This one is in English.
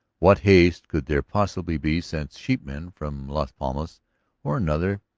what haste could there possibly be since, sheepman from las palmas or another,